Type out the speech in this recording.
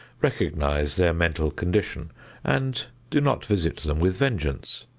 recognize their mental condition and do not visit them with vengeance.